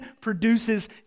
produces